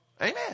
Amen